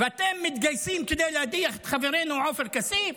ואתם מתגייסים כדי להדיח את חברינו עופר כסיף?